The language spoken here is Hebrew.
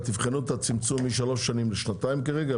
ודבר נוסף תבחנו את הצמצמום משלוש שנים לשנתיים כרגע,